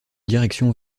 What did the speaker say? direction